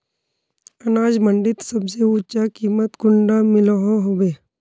अनाज मंडीत सबसे ऊँचा कीमत कुंडा मिलोहो होबे?